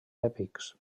èpics